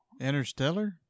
Interstellar